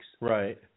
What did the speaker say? Right